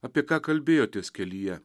apie ką kalbėjotės kelyje